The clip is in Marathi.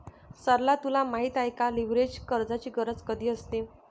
सरला तुला माहित आहे का, लीव्हरेज कर्जाची गरज कधी असते?